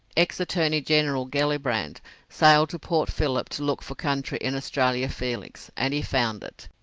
ex-attorney-general gellibrand sailed to port philip to look for country in australia felix, and he found it.